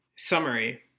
Summary